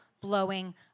blowing